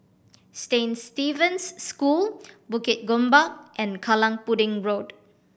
Saint Stephen's School Bukit Gombak and Kallang Pudding Road